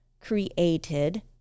created